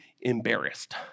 embarrassed